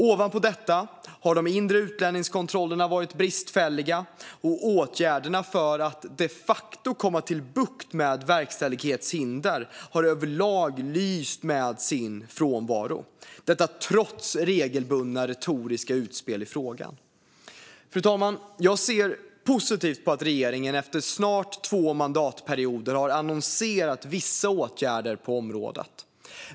Ovanpå detta har de inre utlänningskontrollerna varit bristfälliga, och åtgärderna för att de facto få bukt med verkställighetshinder har överlag lyst med sin frånvaro, trots regelbundna retoriska utspel i frågan. Fru talman! Jag ser positivt på att regeringen efter snart två mandatperioder har annonserat vissa åtgärder på området.